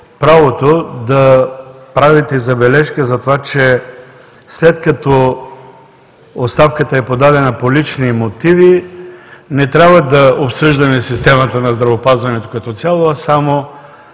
правото да правите забележка, че след като оставката е подадена по лични мотиви, не трябва да обсъждаме системата на здравеопазването като цяло, а само